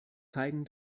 zeigen